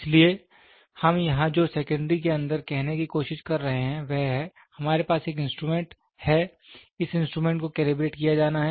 इसलिए हम यहां जो सेकेंड्री के अंदर कहने की कोशिश कर रहे हैं वह है हमारे पास एक इंस्ट्रूमेंट है इस इंस्ट्रूमेंट को कैलिब्रेट किया जाना है